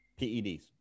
PEDs